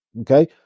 okay